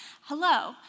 hello